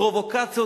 פרובוקציות,